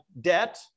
debt